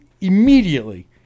immediately